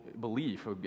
belief